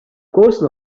course